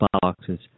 boxes